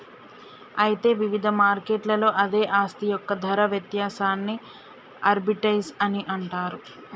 అయితే వివిధ మార్కెట్లలో అదే ఆస్తి యొక్క ధర వ్యత్యాసాన్ని ఆర్బిటౌజ్ అని అంటారు